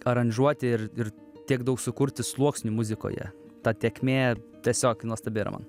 aranžuoti ir ir tiek daug sukurti sluoksnių muzikoje ta tėkmė tiesiog nuostabi yra man